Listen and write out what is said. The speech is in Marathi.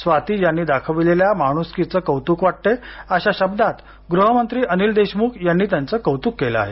स्वाती यांनी दाखविलेल्या माणुसकीचे कौतुक वाटते अशा शब्दांत गृहमंत्री अनिल देशमुख यांनी त्यांचं कौतुक केलं आहे